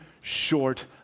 short